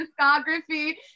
discography